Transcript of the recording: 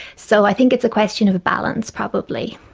so i think it's a question of balance probably.